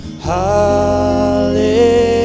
hallelujah